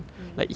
mm